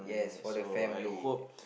so I hope